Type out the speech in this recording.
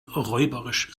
räuberisch